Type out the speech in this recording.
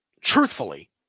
truthfully